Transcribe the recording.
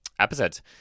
episodes